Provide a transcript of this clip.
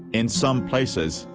in some places,